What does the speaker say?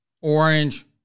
orange